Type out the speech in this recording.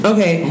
Okay